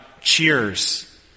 cheers